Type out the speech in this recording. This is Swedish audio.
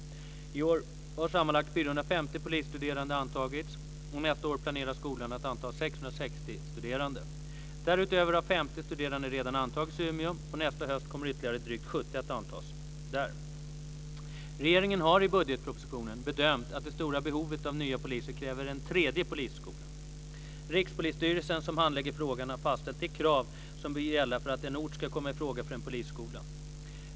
I år har sammanlagt 450 polisstuderande antagits, och nästa år planerar skolan att anta 660 studerande. Därutöver har 50 studerande redan antagits i Umeå, och nästa höst kommer ytterligare drygt 70 att antas där. Regeringen har i budgetpropositionen bedömt att det stora behovet av nya poliser kräver en tredje polisskola. Rikspolisstyrelsen, som handlägger frågan, har fastställt de krav som bör gälla för att en ort ska komma i fråga för en polisskola.